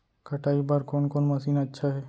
कटाई बर कोन कोन मशीन अच्छा हे?